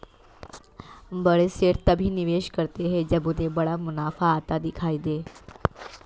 बड़े सेठ तभी निवेश करते हैं जब उन्हें बड़ा मुनाफा आता दिखाई दे